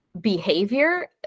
behavior